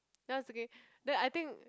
that's okay then I think